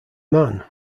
man